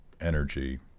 energy